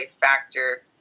factor